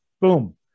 boom